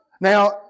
Now